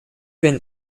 been